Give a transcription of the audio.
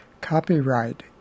Copyright